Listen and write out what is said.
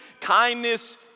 kindness